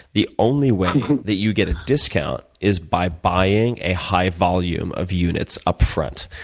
the only way that you get a discount is by buying a high volume of units upfront.